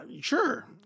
sure